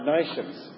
Nations